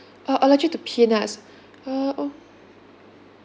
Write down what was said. uh allergic to peanuts uh oh